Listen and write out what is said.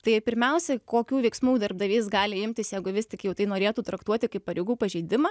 tai pirmiausiai kokių veiksmų darbdavys gali imtis jeigu vis tik jau tai norėtų traktuoti kaip pareigų pažeidimą